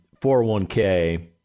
401k